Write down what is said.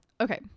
okay